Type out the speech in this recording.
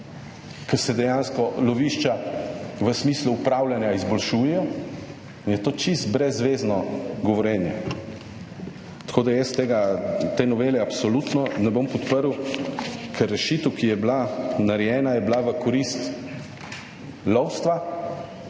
ker se dejansko lovišča v smislu upravljanja izboljšujejo in je to čisto brezvezno govorjenje. Tako da, jaz te novele absolutno ne bom podprl, ker rešitev, ki je bila narejena je bila v korist lovstva,